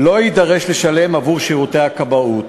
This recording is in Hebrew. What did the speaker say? לא יידרש לשלם עבור שירותי הכבאות.